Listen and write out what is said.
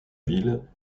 ville